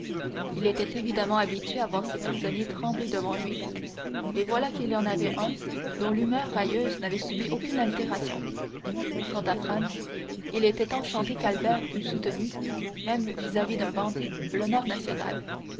il était évidemment habitué à voir ses prisonniers trembler devant lui et voilà qu'il y en avait un dont l'humeur railleuse n'avait subi aucune altération quant à franz il était enchanté qu'albert eût soutenu même vis-à-vis d'un bandit l'honneur national